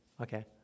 Okay